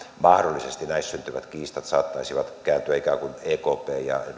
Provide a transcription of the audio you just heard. mahdollisesti näissä syntyvät kiistat saattaisivat kääntyä ikään kuin ekpn ja